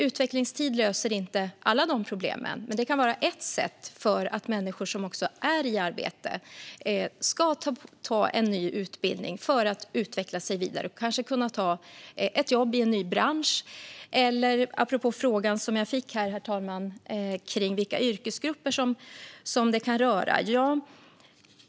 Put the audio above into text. Utvecklingstid löser inte alla de problemen, men det kan vara ett sätt för att även människor som är i arbete ska gå en ny utbildning för att utveckla sig vidare eller kanske kunna ta ett jobb i en ny bransch - detta apropå frågan som jag fick här, herr talman, om vilka yrkesgrupper som det kan röra.